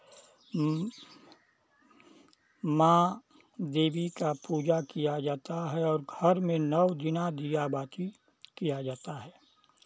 माँ देवी का पूजा किया जाता है और घर में नौ दिना दिया बाती किया जाता है